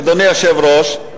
אדוני היושב-ראש,